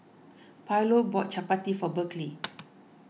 Paulo bought Chappati for Berkley